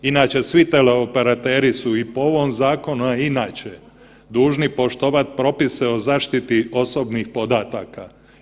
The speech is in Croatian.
Inače svi teleoperateri su i po ovom zakonu, a i inače dužni poštovat propise o zaštiti osobnih podataka.